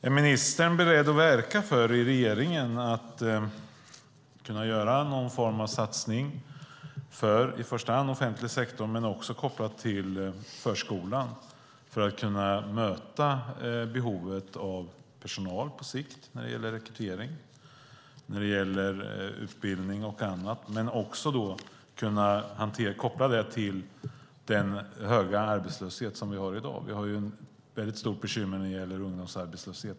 Är ministern beredd att i regeringen verka för att göra någon form av satsning för i första hand offentlig sektor, också kopplat till förskolan, för att behovet av möta rekrytering och utbildning av personal på sikt med tanke på den höga arbetslöshet vi har i dag? Vi har stora bekymmer när det gäller ungdomsarbetslöshet.